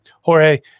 Jorge